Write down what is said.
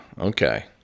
okay